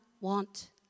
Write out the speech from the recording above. want